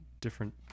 different